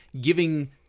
Giving